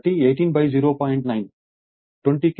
9 కాబట్టి 20 kilo volt ampere